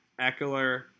Eckler